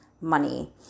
money